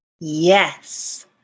Yes